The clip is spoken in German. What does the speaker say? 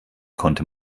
konnte